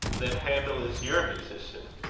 then handel is your musician?